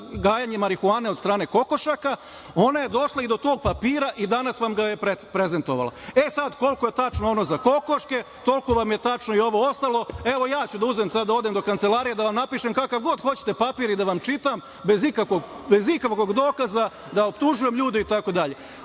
gajenje marihuane od strane kokošaka, ona je došla i do tog papira i danas vam ga je prezentovala. E, sada koliko je tačno ono za kokoške, toliko vam je tačno i ovo ostalo. Evo, sada ću ja da uzmem, da odem do kancelarije i da vam napišem kakav god hoćete papir i da vam čitam bez ikakvog dokaza da optužujem ljude i tako dalje. Ovo